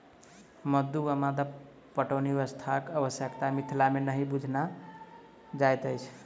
मद्दु वा मद्दा पटौनी व्यवस्थाक आवश्यता मिथिला मे नहि बुझना जाइत अछि